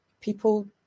people